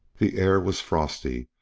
the air was frosty,